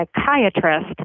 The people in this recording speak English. psychiatrist